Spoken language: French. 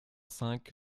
cinq